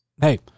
hey